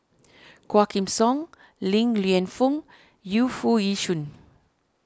Quah Kim Song Li Lienfung Yu Foo Yee Shoon